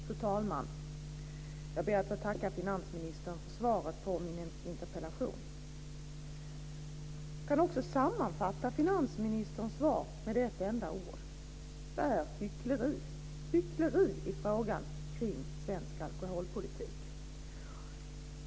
Fru talman! Jag ber att få tacka finansministern för svaret på min interpellation. Jag kan sammanfatta finansministerns svar med ett enda ord: hyckleri. Det är hyckleri i fråga om svensk alkoholpolitik.